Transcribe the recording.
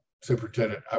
superintendent